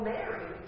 Mary